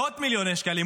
מאות מיליוני שקלים,